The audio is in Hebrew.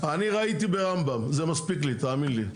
אני ראיתי ברמב"ם, זה מספיק לי, תאמין לי.